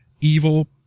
evil